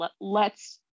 lets